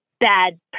bad